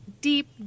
Deep